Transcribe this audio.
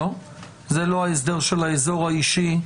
זה לא ההסדר של האזור האישי?